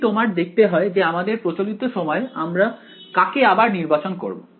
যদি তোমার দেখতে হয় যে আমাদের প্রচলিত সময়ে আমরা কাকে আবার নির্বাচন করব